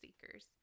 seekers